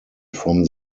from